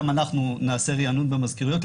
אנחנו גם נעשה ריענון במזכירויות,